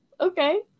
Okay